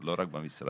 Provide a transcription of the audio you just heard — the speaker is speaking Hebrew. אז לא רק במשרדים.